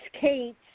Kate